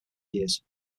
years